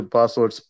Password